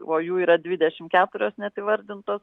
o jų yra dvidešim keturios net įvardintos